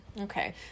Okay